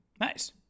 Nice